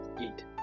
eat